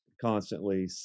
constantly